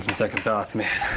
second thoughts, man.